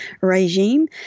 regime